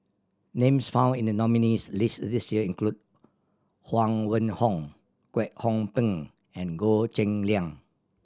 names found in the nominees' list this year include Huang Wenhong Kwek Hong Png and Goh Cheng Liang